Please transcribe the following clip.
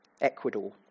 Ecuador